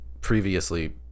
previously